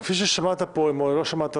כפי ששמעת פה ואם לא שמעת,